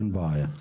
אין בעיה.